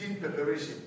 preparation